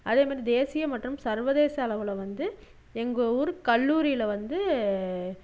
அதே இந்த தேசிய மற்றும் சர்வதேச அளவில் வந்து எங்கள் ஊர் கல்லூரியில வந்து